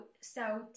South